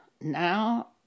now